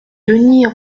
denys